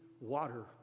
water